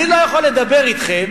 אני לא יכול לדבר אתכם